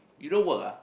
you don't work ah